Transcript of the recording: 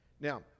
Now